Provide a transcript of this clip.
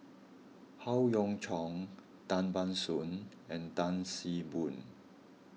Howe Yoon Chong Tan Ban Soon and Tan See Boo